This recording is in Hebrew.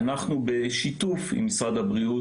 אנחנו בשיתוף עם משרד הבריאות,